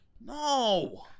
No